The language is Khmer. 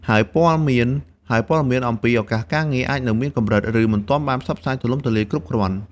ហើយព័ត៌មានអំពីឱកាសការងារអាចនៅមានកម្រិត ឬមិនទាន់បានផ្សព្វផ្សាយទូលំទូលាយគ្រប់គ្រាន់។